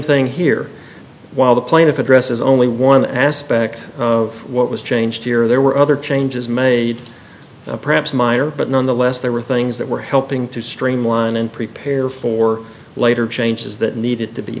thing here while the plaintiff addresses only one aspect of what was changed here there were other changes made perhaps myer but none unless there were things that were helping to streamline and prepare for later changes that needed to be